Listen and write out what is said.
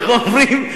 איך אומרים,